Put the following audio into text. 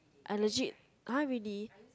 I legit !huh! really